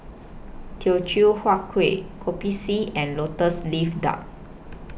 Teochew Huat Kuih Kopi C and Lotus Leaf Duck